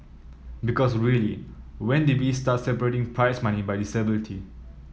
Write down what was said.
because really when did we start separating prize money by disability